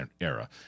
era